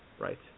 Right